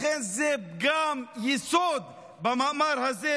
לכן זה פגם יסוד במאמר הזה,